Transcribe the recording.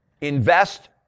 invest